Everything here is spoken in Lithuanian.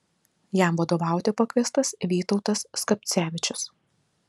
jam vadovauti pakviestas vytautas skapcevičius